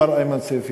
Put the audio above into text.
מר איימן סייף,